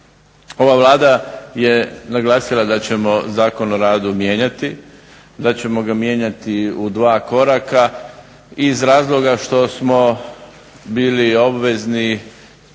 Ova Vlada je naglasila da ćemo Zakon o radu mijenjati. Da ćemo ga mijenjati u dva koraka iz razloga što smo bili obvezni